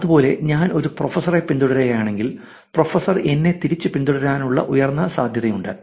അതുപോലെ ഞാൻ ഒരു പ്രൊഫസറെ പിന്തുടരുകയാണെങ്കിൽ പ്രൊഫസർ എന്നെ പിന്തുടരാനുള്ള ഉയർന്ന സാധ്യതയുണ്ട്